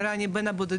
היטב.